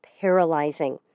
paralyzing